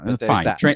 fine